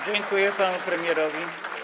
Dziękuję panu premierowi.